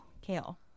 Kale